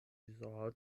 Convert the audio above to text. vizaĝon